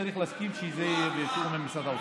להסכים שזה יהיה בתיאום עם משרד האוצר.